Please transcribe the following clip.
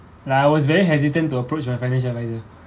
nah I was very hesitant to approach a financial advisor